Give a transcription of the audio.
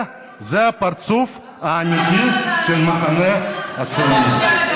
זה הפרצוף האמיתי של המחנה הציוני.